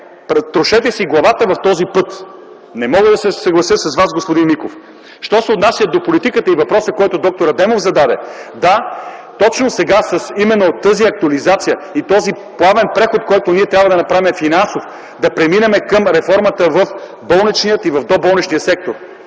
трошете си главата в този път! Не мога да се съглася с Вас, господин Миков! Що се отнася до политиката и въпроса, който д-р Адемов зададе – да, точно сега, с именно тази актуализация и този плавен финансов преход, който ние трябва да направим – да преминем към реформата в болничния и в доболничния сектор.